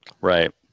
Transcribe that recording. right